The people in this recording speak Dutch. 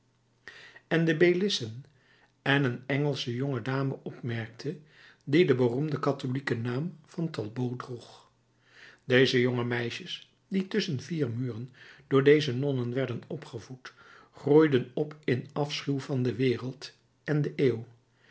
en de bélissen en een engelsche jonge dame opmerkte die den beroemden katholieken naam van talbot droeg deze jonge meisjes die tusschen vier muren door deze nonnen werden opgevoed groeiden op in afschuw van de wereld en de eeuw